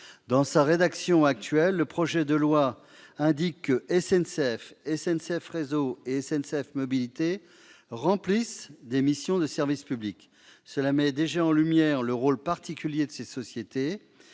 Dans sa rédaction actuelle, le projet de loi indique que SNCF, SNCF Réseau et SNCF Mobilités remplissent des missions de service public. Cette formulation met déjà en lumière le rôle particulier de ces sociétés,